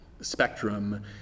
spectrum